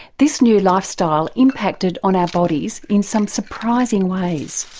this new lifestyle impacted on our bodies in some surprising ways.